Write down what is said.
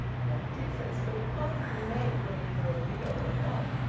what difference could it possibly make whether you were a widow or not?